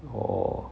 orh